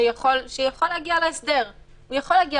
אני חושב שיכול להיות שבסיטואציה שבה ענף מסוים סגור לגמרי